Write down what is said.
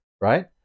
right